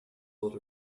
sort